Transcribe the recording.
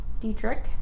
Dietrich